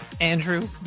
Andrew